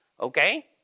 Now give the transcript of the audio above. Okay